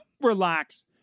relax